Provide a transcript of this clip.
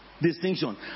distinction